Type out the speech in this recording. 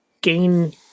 gain